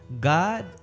God